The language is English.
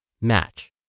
match